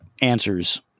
answers